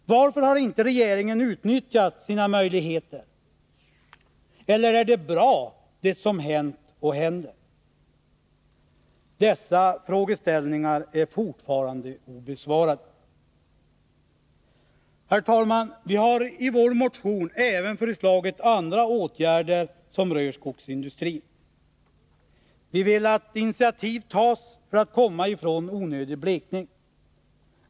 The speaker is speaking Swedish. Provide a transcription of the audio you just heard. Varför har inte regeringen utnyttjat sina möjligheter? Tycker regeringen att det som hänt och händer är bra? Dessa frågor är fortfarande obesvarade. Herr talman! Vi har i vår motion även föreslagit andra åtgärder som rör skogsindustrin. Vi vill att initiativ tas för att man skall komma ifrån onödig blekning.